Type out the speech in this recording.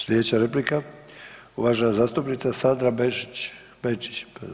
Sljedeća replika, uvažena zastupnika Sandra Benčić.